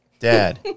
Dad